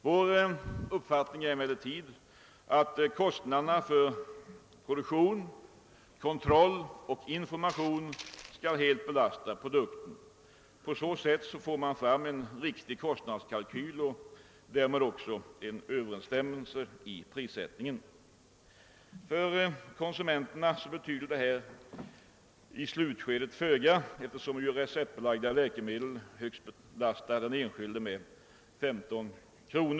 Vår uppfattning är emellertid, att kostnaderna för produktion, kontroll och information skall helt belasta produkten. På så sätt får man en riktig kostnadskalkyl och därmed också en överensstämmelse i prissättning. För konsumenterna betyder det föga i slutskedet, eftersom receptbelagda läkemedel belastar den enskilde med högst 15 kr.